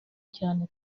cyane